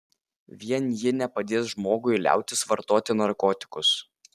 vien ji nepadės žmogui liautis vartoti narkotikus